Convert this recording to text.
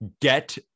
get